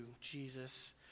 Jesus